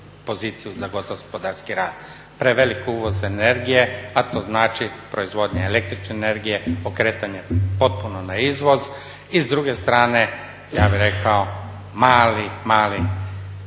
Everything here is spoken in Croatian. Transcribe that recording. poziciju za gospodarski rast. Prevelik uvoz energije, a to znači proizvodnja električne energije, okretanje potpuno na izvoz i s druge strane ja bih rekao mali, mali